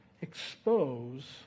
expose